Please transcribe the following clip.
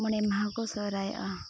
ᱢᱚᱬᱮ ᱢᱟᱦᱟᱠᱚ ᱥᱚᱦᱚᱨᱟᱭᱚᱜᱼᱟ